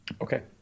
Okay